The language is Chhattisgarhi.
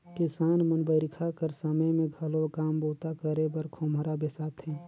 किसान मन बरिखा कर समे मे घलो काम बूता करे बर खोम्हरा बेसाथे